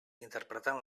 interpretant